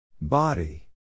Body